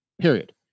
Period